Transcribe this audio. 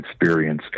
experience